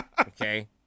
Okay